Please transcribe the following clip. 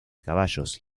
caballos